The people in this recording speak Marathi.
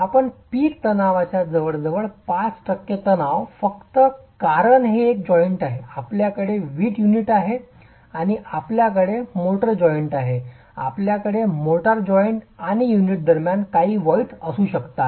आपण पीक तणावाच्या जवळजवळ 5 टक्के तणाव फक्त कारण हे एक जॉइंट आहे आपल्याकडे वीट युनिट आहे आणि आपल्याकडे मोर्टार जॉइंट आहे आपल्याकडे मोर्टार जॉइंट आणि युनिट दरम्यानच काही व्हॉईड्स असू शकतात